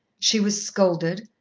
she was scolded,